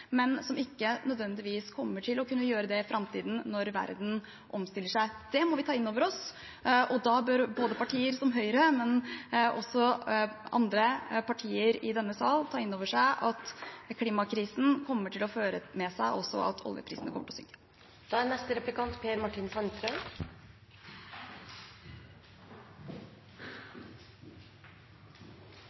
men som ikke nødvendigvis kommer til å kunne gjøre det i framtiden når verden omstiller seg. Det må vi ta inn over oss, og da bør både partier som Høyre og også andre partier i denne sal ta inn over seg at klimakrisen også kommer til å føre med seg at oljeprisen kommer til å